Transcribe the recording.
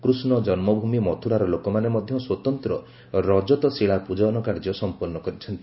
କୃଷ୍ଣଜନ୍କଭୂମି ମଥୁରାର ଲୋକମାନେ ମଧ୍ୟ ସ୍ପତନ୍ତ୍ର ରଜତ ଶିଳା ପୂଜନ କାର୍ଯ୍ୟ ସମ୍ପନ୍ନ କରିଛନ୍ତି